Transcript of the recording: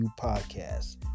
podcast